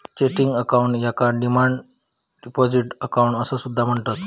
checking account याका demand deposit account असा सुद्धा म्हणतत